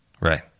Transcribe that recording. right